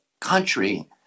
country